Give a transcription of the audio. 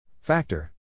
Factor